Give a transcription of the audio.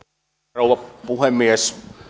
rouva puhemies